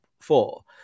four